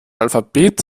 alphabet